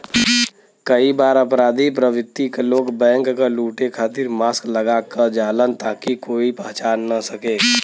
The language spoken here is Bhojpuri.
कई बार अपराधी प्रवृत्ति क लोग बैंक क लुटे खातिर मास्क लगा क जालन ताकि कोई पहचान न सके